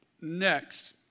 next